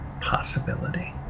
possibility